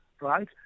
right